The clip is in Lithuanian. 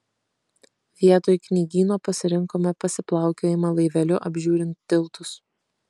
vietoj knygyno pasirinkome pasiplaukiojimą laiveliu apžiūrint tiltus